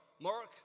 Mark